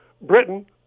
Britain